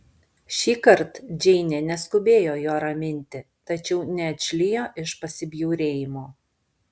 šįkart džeinė neskubėjo jo raminti tačiau neatšlijo iš pasibjaurėjimo